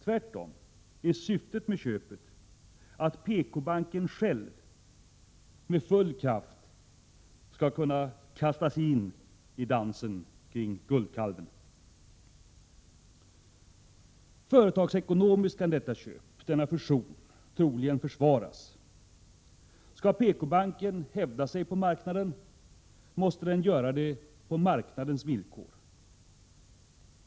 Tvärtom är syftet med köpet att PKbanken själv med full kraft skall kunna kasta sig in i dansen kring guldkalven. Företagsekonomiskt kan detta köp — denna fusion — troligen försvaras. Skall PKbanken hävda sig på marknaden måste den göra det på marknadens villkor.